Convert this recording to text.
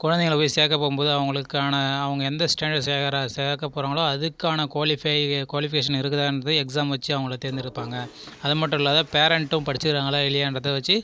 குழந்தைகள போய் சேர்க்க போகும்போது அவர்களுக்கான அவங்க எந்த ஸ்டாண்டர்ட் சேர்க்கற சேர்க்க போகிறாங்களோ அதுக்கான குவாலிஃபை குவாலிஃபிகேஷன் இருக்குதான்னு எக்ஸாம் வச்சு அவங்களை தேர்ந்தெடுப்பாங்க அது மட்டுல்லாத பேரண்டும் படிச்சுயிருக்காங்களா இல்லையான்றதை வச்சு